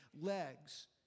legs